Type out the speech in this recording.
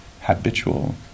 habitual